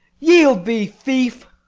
yield thee, thief.